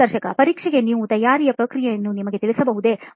ಸಂದರ್ಶಕ ಪರೀಕ್ಷೆಗೆ ನಿಮ್ಮ ತಯಾರಿಕೆಯ ಪ್ರಕ್ರಿಯೆಯನ್ನು ನಮಗೆ ತಿಳಿಸಬಹುದೇ